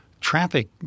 traffic